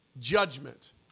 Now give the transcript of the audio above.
judgment